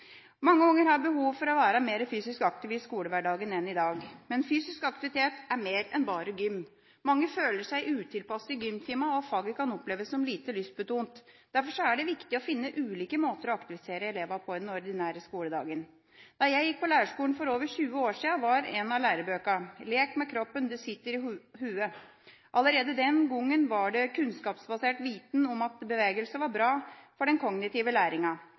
Mange unger har behov for å være mer fysisk aktive i skolehverdagen enn de er i dag. Men fysisk aktivitet er mer enn bare gym. Mange føler seg utilpass i gymtimene, og faget kan oppleves som lite lystbetont. Derfor er det viktig å finne ulike måter å aktivisere elever på i den ordinære skoledagen. Da jeg gikk på lærerskolen for over 20 år siden, var en av lærebøkene: «Lær med kroppen, det sitter i hodet». Allerede den gangen var det kunnskapsbasert viten om at bevegelse var bra for den kognitive læringa.